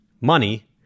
money